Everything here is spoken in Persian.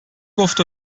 گفت